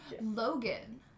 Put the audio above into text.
Logan